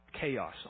chaos